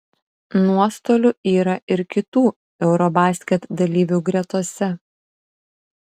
nuostolių yra ir kitų eurobasket dalyvių gretose